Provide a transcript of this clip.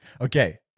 okay